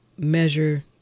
measure